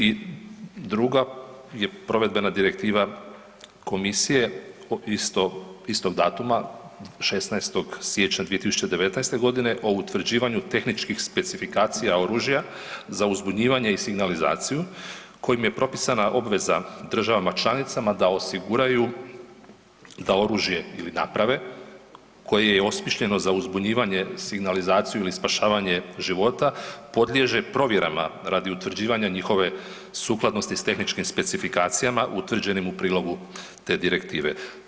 I druga je Provedbena direktiva Komisije isto, istog datuma, 16. siječnja 2019. g. o utvrđivanju tehničkih specifikacija oružja za uzbunjivanje i signalizaciju, kojim je propisana obveza državama članicama da osiguraju da oružje ili naprave, koje je osmišljeno za uzbunjivanje, signalizaciju ili spašavanje života, podliježe provjerama radi utvrđivanja njihove sukladnosti sa tehničkim specifikacijama utvrđenim u prilogu te Direktive.